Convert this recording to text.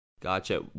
Gotcha